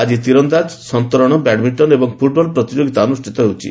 ଆଜି ତୀରନ୍ଦାଜ୍ ସନ୍ତରଣ ବ୍ୟାଡ୍ମିଣ୍କନ ଏବଂ ଫୁଟ୍ବଲ୍ ପ୍ରତିଯୋଗିତା ଅନୁଷ୍ଠିତ ହେଉଛି